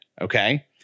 Okay